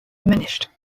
diminished